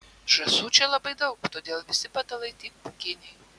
žąsų čia labai daug todėl visi patalai tik pūkiniai